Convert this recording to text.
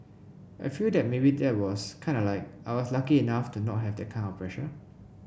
I feel that maybe that was kind of like I was lucky enough to not have that kind of pressure